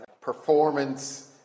performance